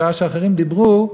בשעה שאחרים דיברו,